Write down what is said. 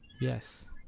Yes